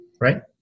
right